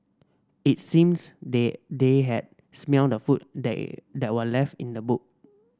it seemed that they had smelt the food that that were left in the boot